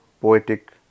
poetic